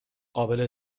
قابل